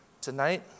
Tonight